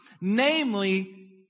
namely